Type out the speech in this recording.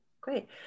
Great